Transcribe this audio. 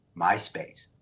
MySpace